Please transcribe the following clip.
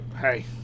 hey